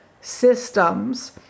systems